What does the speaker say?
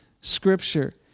scripture